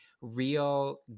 real